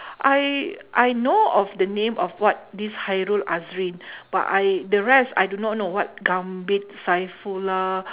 I I know of the name of what this hairul-azrim but I the rest I do not know what gambit-saifullah